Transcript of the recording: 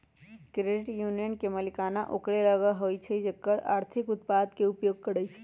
credit union के मलिकाना ओकरे लग होइ छइ जे एकर आर्थिक उत्पादों के उपयोग करइ छइ